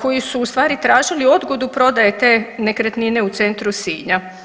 koji su ustvari tražili odgodu prodaje te nekretnine u centru Sinja.